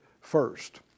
first